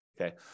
Okay